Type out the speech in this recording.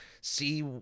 see